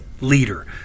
leader